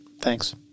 Thanks